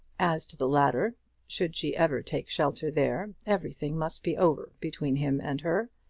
as to the latter should she ever take shelter there, everything must be over between him and her.